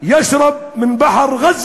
תודה רבה.